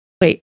Wait